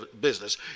business